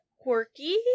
quirky